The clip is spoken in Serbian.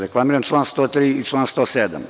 Reklamiram član 103. i član 107.